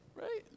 right